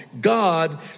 God